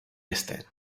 este